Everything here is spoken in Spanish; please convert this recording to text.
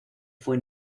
fue